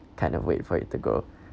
kind of wait for it to go